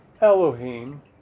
Elohim